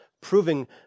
proving